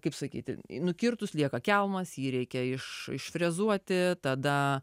kaip sakyti nukirtus lieka kelmas jį reikia iš išfrezuoti tada